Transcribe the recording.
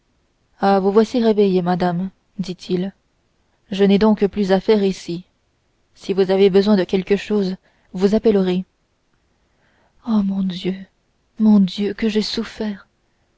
ah vous voici réveillée madame dit-il je n'ai donc plus affaire ici si vous avez besoin de quelque chose vous appellerez oh mon dieu mon dieu que j'ai souffert